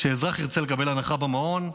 כשאזרח ירצה לקבל הנחה במעון,